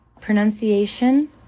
pronunciation